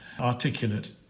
articulate